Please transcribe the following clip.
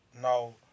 now